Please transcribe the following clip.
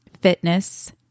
fitness